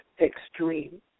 extreme